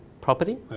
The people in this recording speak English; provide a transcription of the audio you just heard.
property